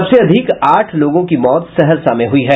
सबसे अधिक आठ लोगों की मौत सहरसा में हुई है